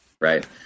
right